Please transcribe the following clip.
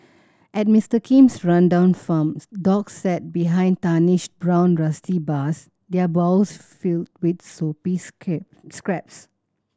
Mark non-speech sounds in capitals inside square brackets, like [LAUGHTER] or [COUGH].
at Mister Kim's rundown farms dogs sat behind tarnished brown rusty bars their bowls filled with soupy [UNINTELLIGIBLE] scraps